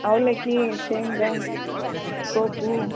ಅವಲಕ್ಕಿ ಶೇಂಗಾ ಸೋಪು